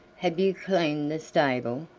have you cleaned the stable?